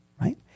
Right